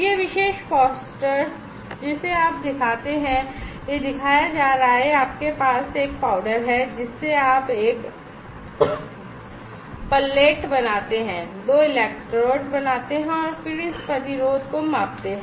यह विशेष पोस्टर जिसे आप दिखाते हैं यह दिखाया जा रहा है कि आपके पास एक पाउडर है जिससे आप एक पल्लेट बनाते हैं दो इलेक्ट्रोड बनाते हैं और फिर इस प्रतिरोध को मापते हैं